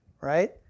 Right